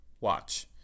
watch